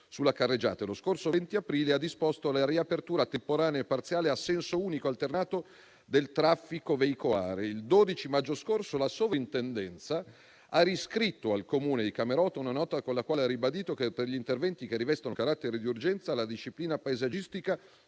sulla carreggiata e lo scorso 20 aprile ha disposto la riapertura temporanea e parziale a senso unico alternato del traffico veicolare. Il 12 maggio scorso la Soprintendenza ha scritto al Comune di Camerota una nota con la quale ha ribadito che, per gli interventi che rivestono carattere di urgenza, la disciplina paesaggistica